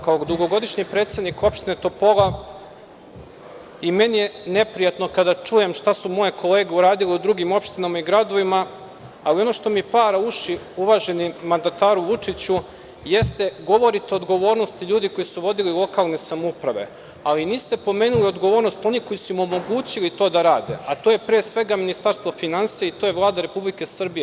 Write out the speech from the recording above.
Kao dugogodišnji predsednik opštine Topola i meni je neprijatno kada čujem šta su moje kolege uradile u drugim opštinama i gradovima, ali ono što mi para uši, uvaženi mandataru Vučiću, jeste – govorite o odgovornosti ljudi koji su vodili lokalne samouprave, ali niste pomenuli odgovornost onih koji su im omogućili to da rade, a to je pre svega Ministarstvo finansija i to je Vlada Republike Srbije.